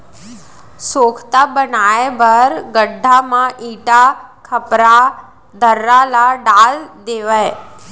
सोख्ता बनाए बर गड्ढ़ा म इटा, खपरा, दर्रा ल डाल देवय